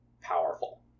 powerful